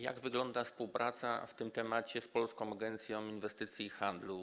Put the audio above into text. Jak wygląda współpraca w tym temacie z Polską Agencją Inwestycji i Handlu?